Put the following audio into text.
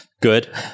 good